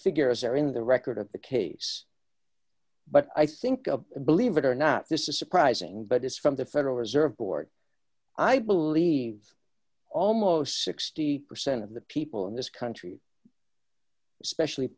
figures are in the record of the case but i think of believe it or not this is surprising but it's from the federal reserve board i believe almost sixty percent of the people in this country especially